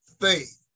faith